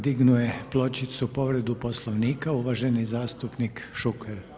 Dignuo je pločicu, povredu Poslovnika uvaženi zastupnik Šuker.